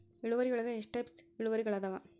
ಇಳುವರಿಯೊಳಗ ಎಷ್ಟ ಟೈಪ್ಸ್ ಇಳುವರಿಗಳಾದವ